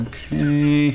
Okay